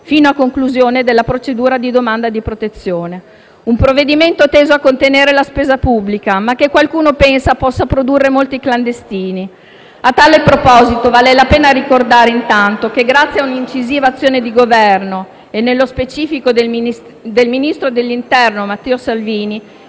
fino a conclusione della procedura di domanda di protezione. Si tratta di un provvedimento teso a contenere la spesa pubblica, ma che qualcuno pensa possa produrre molti clandestini: a tale proposito vale la pena ricordare, intanto, che grazie ad una un'incisiva azione di Governo e, nello specifico, del Ministro dell'interno, Matteo Salvini,